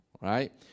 right